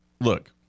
look